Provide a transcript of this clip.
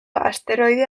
asteroide